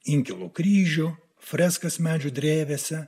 inkilo kryžių freskas medžių drevėse